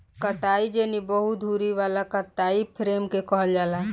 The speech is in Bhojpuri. कताई जेनी बहु धुरी वाला कताई फ्रेम के कहल जाला